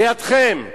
לידכם,